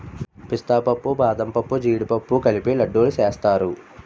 పిస్తా పప్పు బాదంపప్పు జీడిపప్పు కలిపి లడ్డూలు సేస్తారు